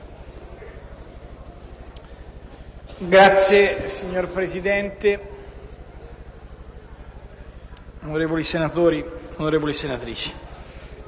Signor Presidente, onorevoli senatori, onorevoli senatrici,